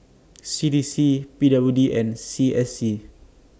C D C P W D and C S C